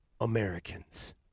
Americans